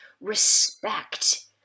respect